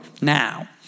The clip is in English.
now